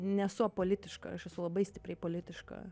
nesu apolitiška aš esu labai stipriai politiška